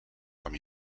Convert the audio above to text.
com